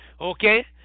Okay